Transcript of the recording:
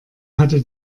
hatte